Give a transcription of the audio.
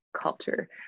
Culture